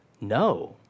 No